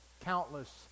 countless